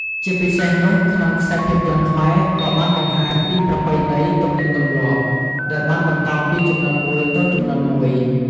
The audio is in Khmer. ជាពិសេសនោះក្នុងខ្សែភាពយន្តខ្មែរក៏បានបង្ហាញពី ប្រពៃណីទំនៀមទម្លាប់ដែលបានបន្តពីជំនាន់មួយទៅជំនាន់មួយ ។